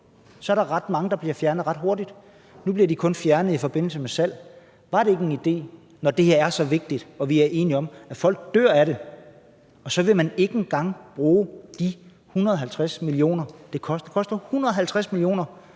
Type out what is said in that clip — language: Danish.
Så er der ret mange brændeovne, der bliver fjernet ret hurtigt. Nu bliver de kun fjernet i forbindelse med boligsalg. Var det ikke en idé, når det her er så vigtigt? Vi er enige om, at folk dør af det, og så vil man ikke engang bruge de 150 mio. kr., det koster. Det koster